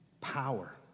power